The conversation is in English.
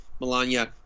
Melania